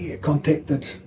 contacted